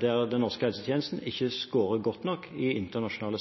den norske helsetjenesten ikke scorer godt nok i internasjonale